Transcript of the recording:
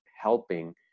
helping